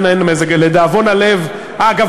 אגב,